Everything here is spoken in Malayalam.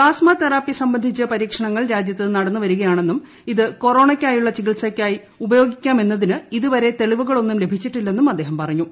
പ്പാസ്മ തെറാപ്പി സംബന്ധിച്ച് പരീക്ഷണങ്ങൾ രാജ്യത്ത് നടന്നുവരികയാണെന്നും ഇത് കൊറോണയ്ക്കായുള്ള ചികിത്സയായി ഉപയോഗിക്കാമെന്നതിന് ഇതുവരെ തെളിവുകളൊന്നും ലഭിച്ചിട്ടില്ലെന്നും അദ്ദേഹം പറഞ്ഞു